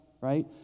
right